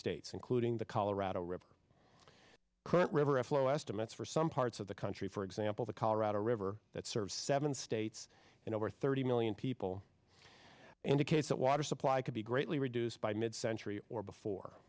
states including the colorado river current river flow estimates for some parts of the country for example the colorado river that serves seven states and over thirty million people indicates that water supply could be greatly reduced by mid century or before